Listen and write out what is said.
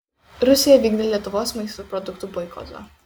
rusija vykdė lietuvos maisto produktų boikotą